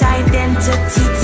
identity